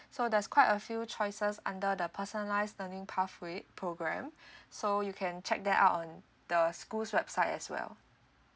so there's quite a few choices under the personalize learning pathway program so you can check that out on the school's website as well